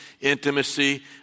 intimacy